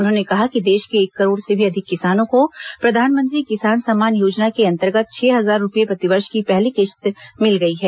उन्होंने कहा कि देश के एक करोड़ से भी अधिक किसानों को प्रधानमंत्री किसान सम्मान योजना के अंतर्गत छह हजार रूपये प्रतिवर्ष की पहली किस्त मिल गई है